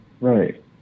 Right